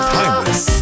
timeless